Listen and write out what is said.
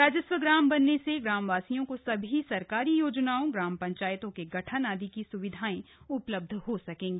राजस्व ग्राम बनने से ग्राम वासियों को सभी सरकारी योजनाओं ग्राम पंचायतों के गठन आदि की स्विधायें उपलब्ध हो सकेगी